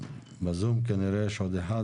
בזום כנראה יש עוד אחת,